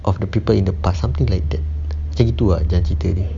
of the people in the past something like that macam gitu err jadi